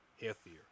healthier